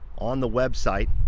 on the website.